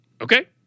okay